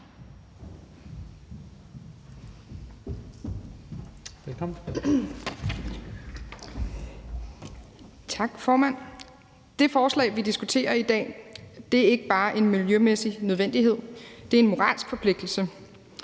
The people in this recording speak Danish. Tak, formand. Det forslag, vi diskuterer i dag, er ikke bare en miljømæssig nødvendighed; det er en moralsk forpligtelse.